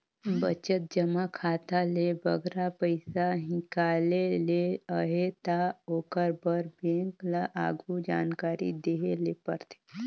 बचत जमा खाता ले बगरा पइसा हिंकाले ले अहे ता ओकर बर बेंक ल आघु जानकारी देहे ले परथे